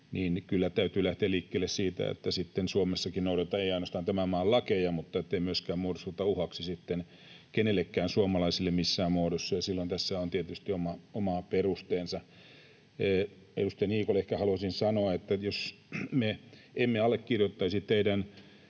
Kyllä täytyy lähteä liikkeelle Suomessakin siitä — ei ainoastaan siitä, että noudatetaan tämän maan lakeja — että ei myöskään muodostuta uhaksi sitten kenellekään suomalaiselle missään muodossa, ja silloin tässä on tietysti oma perusteensa. Edustaja Niikolle ehkä haluaisin sanoa, että jos me emme allekirjoittaisi teidän